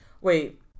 wait